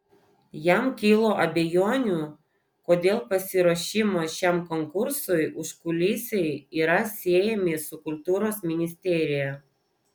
jam kilo abejonių kodėl pasiruošimo šiam konkursui užkulisiai yra siejami su kultūros ministerija